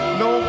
no